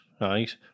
right